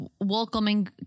welcoming